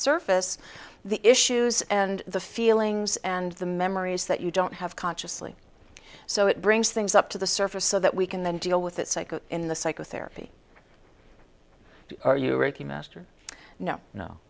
surface the issues and the feelings and the memories that you don't have consciously so it brings things up to the surface so that we can then deal with it in the psychotherapy are you reiki master no no